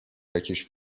jakieś